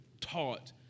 taught